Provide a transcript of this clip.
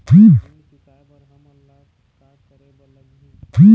ऋण चुकाए बर हमन ला का करे बर लगही?